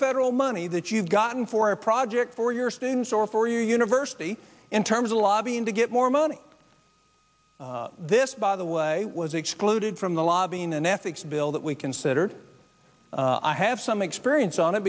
federal money that you've gotten for a project for your students or for your university in terms of lobbying to get more money this by the way was excluded from the lobbying and ethics bill that we considered i have some experience on it